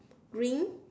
green